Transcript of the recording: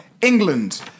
England